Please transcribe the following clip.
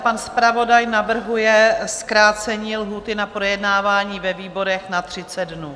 Pan zpravodaj navrhuje zkrácení lhůty na projednávání ve výborech na 30 dnů.